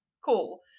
Cool